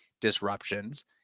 disruptions